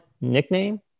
nickname